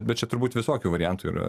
bet čia turbūt visokių variantų yra